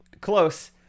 Close